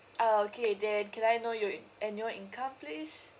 okay then can I know your annual income please